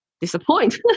disappoint